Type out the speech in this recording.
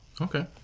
Okay